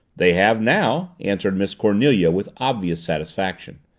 they have now, answered miss cornelia with obvious satisfaction.